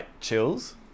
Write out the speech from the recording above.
chills